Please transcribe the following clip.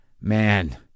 man